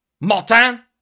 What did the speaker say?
Martin